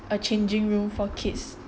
a changing room for kids